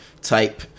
type